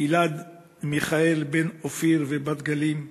גיל-עד מיכאל בן אופיר ובת-גלים,